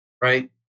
right